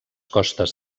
costes